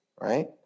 right